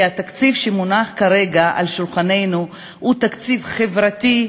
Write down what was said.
כי התקציב שמונח כרגע על שולחננו הוא תקציב חברתי,